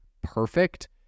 perfect